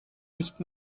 nicht